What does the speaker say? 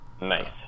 Nice